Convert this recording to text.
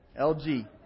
LG